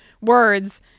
words